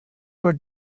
were